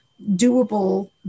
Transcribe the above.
doable